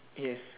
yes